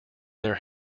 their